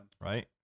Right